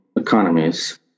economies